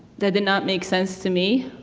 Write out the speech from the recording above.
that did not make sense to me.